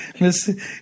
Miss